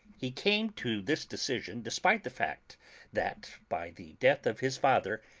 he came to this de cision despite the fact that, by the death of his father,